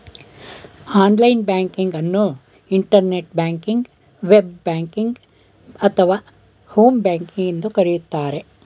online banking ಅನ್ನು internet ಬ್ಯಾಂಕಿಂಗ್ವೆ, ಬ್ ಬ್ಯಾಂಕಿಂಗ್ ಅಥವಾ ಹೋಮ್ ಬ್ಯಾಂಕಿಂಗ್ ಎಂದು ಕರೆಯುತ್ತಾರೆ